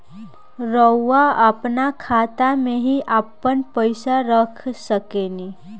रउआ आपना खाता में ही आपन पईसा रख सकेनी